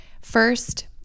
first